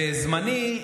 בזמני,